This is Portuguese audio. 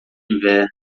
inverno